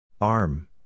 Arm